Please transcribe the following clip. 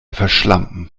verschlampen